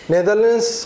Netherlands